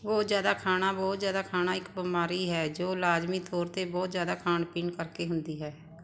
ਬਹੁਤ ਜ਼ਿਆਦਾ ਖਾਣਾ ਬਹੁਤ ਜ਼ਿਆਦਾ ਖਾਣਾ ਇੱਕ ਬਿਮਾਰੀ ਹੈ ਜੋ ਲਾਜ਼ਮੀ ਤੌਰ 'ਤੇ ਬਹੁਤ ਜ਼ਿਆਦਾ ਖਾਣ ਪੀਣ ਕਰਕੇ ਹੁੰਦੀ ਹੈ